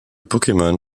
pokémon